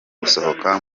gusohoka